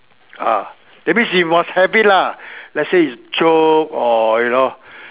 ah that means you must have it lah let's say chok or you know